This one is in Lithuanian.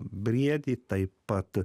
briedį taip pat